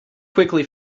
quickly